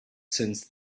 since